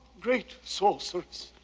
great sorceress.